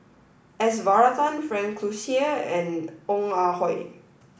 s Varathan Frank Cloutier and Ong Ah Hoi